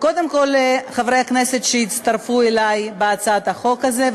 קודם כול לחברי הכנסת שהצטרפו אלי בהצעת החוק הזאת,